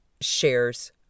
shares